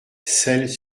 selles